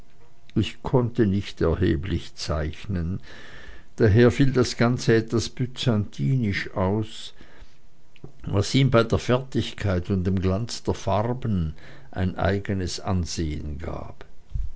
ich konnte nicht erheblich zeichnen daher fiel das ganze etwas byzantinisch aus was ihm bei der fertigkeit und dem glanz der farben ein eigenes ansehen gab